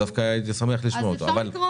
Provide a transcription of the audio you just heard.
דווקא הייתי שמח לשמוע אותו.